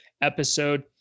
episode